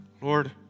Lord